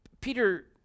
Peter